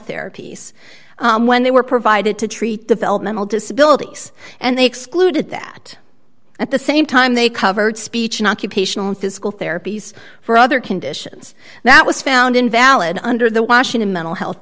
therapies when they were provided to treat developmental disabilities and they excluded that at the same time they covered speech and occupational and physical therapy for other conditions that was found invalid under the washington mental health